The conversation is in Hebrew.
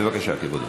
בבקשה, כבודו,